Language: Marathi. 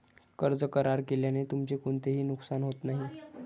कर्ज करार केल्याने तुमचे कोणतेही नुकसान होत नाही